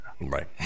Right